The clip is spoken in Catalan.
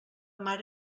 mar